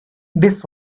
this